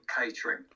catering